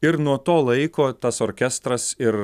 ir nuo to laiko tas orkestras ir